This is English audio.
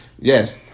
yes